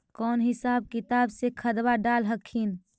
कौन हिसाब किताब से खदबा डाल हखिन?